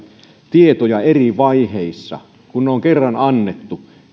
tietoja eri vaiheissa kun ne on kerran annettu